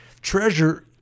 treasure